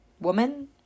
woman